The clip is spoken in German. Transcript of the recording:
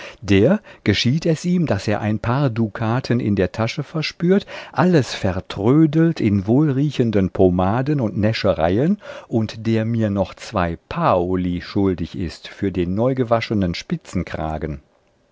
der geschieht es ihm daß er ein paar dukaten in der tasche verspürt alles vertrödelt in wohlriechenden pomaden und näschereien und der mir noch zwei paoli schuldig ist für den